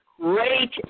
great